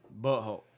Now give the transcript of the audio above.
Butthole